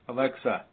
Alexa